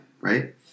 right